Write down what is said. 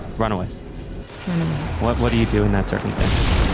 runaways run away what what do you do in that circumstance?